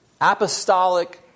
apostolic